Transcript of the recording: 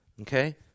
okay